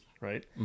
right